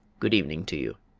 good evening to you.